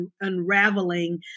unraveling